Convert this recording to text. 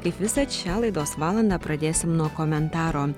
kaip visad šią laidos valandą pradėsim nuo komentaro